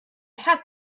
had